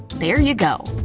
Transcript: there ya go!